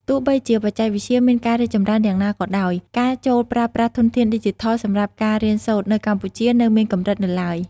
ទោះបីជាបច្ចេកវិទ្យាមានការរីកចម្រើនយ៉ាងណាក៏ដោយ ការចូលប្រើប្រាស់ធនធានឌីជីថលសម្រាប់ការរៀនសូត្រនៅកម្ពុជានៅមានកម្រិតនៅឡើយ។